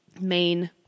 main